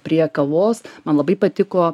prie kavos man labai patiko